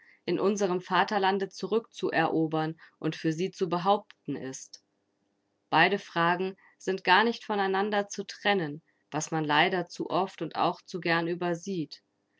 in unserem vaterlande zurückzuerobern und für sie zu behaupten ist beide fragen sind gar nicht von einander zu trennen was man leider zu oft und auch zu gern übersieht